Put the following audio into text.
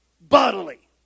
bodily